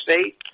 State